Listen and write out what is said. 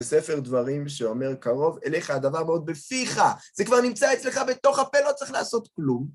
בספר דברים שאומר קרוב אליך הדבר מאוד בפיך, זה כבר נמצא אצלך בתוך הפה, לא צריך לעשות כלום.